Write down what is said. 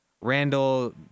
Randall